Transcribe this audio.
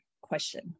question